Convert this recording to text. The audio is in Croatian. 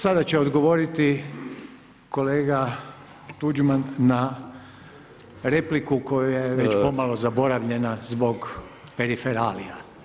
Sada će odgovoriti kolega Tuđman na repliku koju je već pomalo zaboravljena zbog periferalija.